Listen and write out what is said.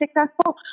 successful